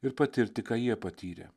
ir patirti ką jie patyrė